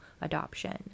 adoption